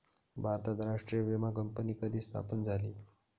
भारतात राष्ट्रीय विमा कंपनी कधी स्थापन झाली?